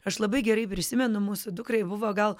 aš labai gerai prisimenu mūsų dukrai buvo gal